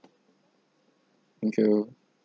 thank you